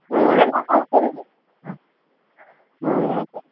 ಹ್ಞೂ ಎಲ್ಲ ಹಾಂ ಹ್ಞೂ